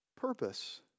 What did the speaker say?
purpose